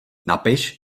napiš